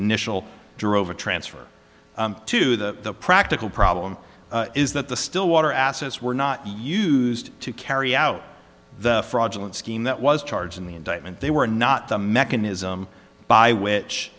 initial drover transfer to the practical problem is that the still water assets were not used to carry out the fraudulent scheme that was charged in the indictment they were not the mechanism by which